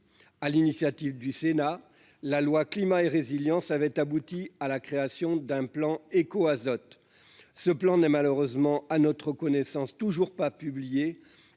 à l'initiative du Sénat la loi climat et résilience avait abouti à la création d'un plan azote ce plan n'est, malheureusement, à notre connaissance, toujours pas publié